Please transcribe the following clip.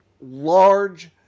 large